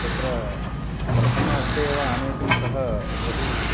तत्र प्रथम अट्टे एव आनेतुं सः बहु